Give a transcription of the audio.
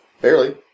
Barely